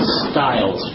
styles